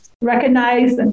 recognize